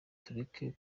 tureke